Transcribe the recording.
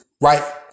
Right